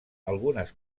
algunes